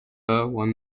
won